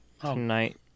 Tonight